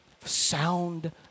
sound